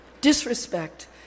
Disrespect